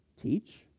teach